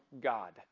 God